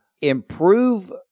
improve